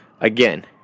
again